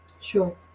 Sure